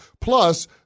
Plus